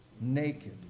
naked